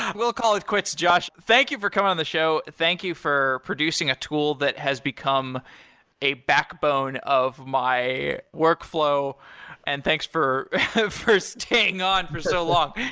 we'll call it quits, josh. thank you for coming on the show. thank you for producing a tool that has become a backbone of my workflow and thanks for for staying on for so long.